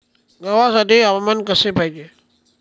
गव्हासाठी हवामान कसे पाहिजे?